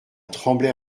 tremblay